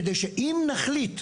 כדי שאם נחליט,